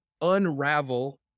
unravel